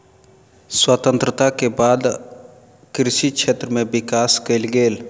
स्वतंत्रता के बाद कृषि क्षेत्र में विकास कएल गेल